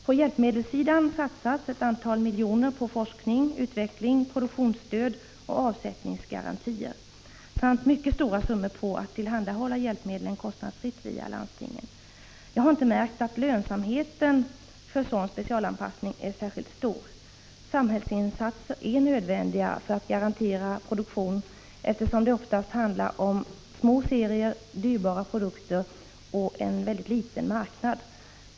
På hjälpmedelssidan satsas ett antal miljoner på forskning, utveckling, produktionsstöd och avsättningsgarantier samt mycket stora summor på att tillhandahålla hjälpmedlen kostnadsfritt via landstingen. Jag har inte märkt att lönsamheten för sådan specialanpassning är särskilt stor. Samhällsinsatser är nödvändiga för att garantera produktion, eftersom det oftast handlar om små serier, dyrbara produkter och en mycket liten marknad.